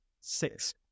six